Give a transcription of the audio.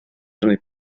prynu